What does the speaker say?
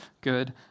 good